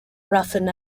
ruffin